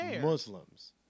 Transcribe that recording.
Muslims